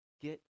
Get